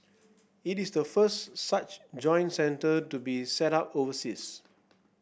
it is the first such joint centre to be set up overseas